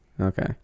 Okay